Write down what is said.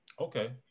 Okay